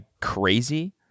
crazy